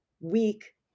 weak